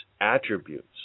attributes